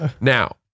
Now